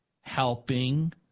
helping